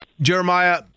Jeremiah